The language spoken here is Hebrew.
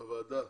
בוועדה